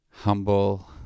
Humble